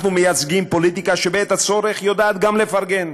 אנחנו מייצגים פוליטיקה שבעת הצורך יודעת גם לפרגן.